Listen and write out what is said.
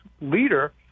leader